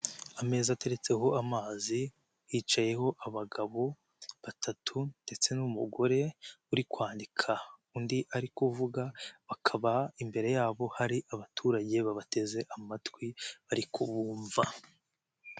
Ameza ateretseho amazi, hicaye abagabo batatu ndetse n'umugore uri kwandika, undi ari kuvuga. Bakaba imbere yabo hari abaturage babateze amatwi bari kubumva.